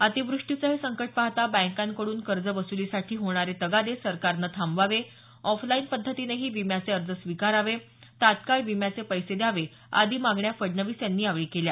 अतिवृष्टीचं हे संकट पाहता बँकांकडून कर्ज वसुलीसाठी होणारे तगादे सरकारने थांबवावे ऑफलाईन पद्धतीनेही विम्याचे अर्ज स्वीकारावे तात्काळ विम्याचे पैसे द्यावे आदी मागण्या फडणवीस यांनी यावेळी केल्या